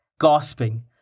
gasping